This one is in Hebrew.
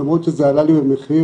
למרות שזה עלה לי במחיר